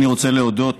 אני רוצה להודות